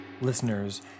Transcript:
Listeners